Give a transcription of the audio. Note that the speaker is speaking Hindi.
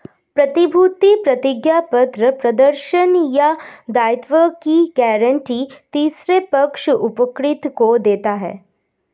प्रतिभूति प्रतिज्ञापत्र प्रदर्शन या दायित्वों की गारंटी तीसरे पक्ष उपकृत को देता है